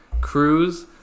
Cruise